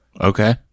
Okay